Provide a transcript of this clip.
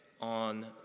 on